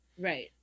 Right